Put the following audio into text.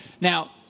Now